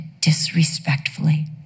disrespectfully